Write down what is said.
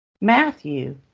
Matthew